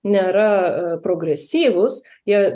nėra a progresyvūs jie